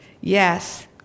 Yes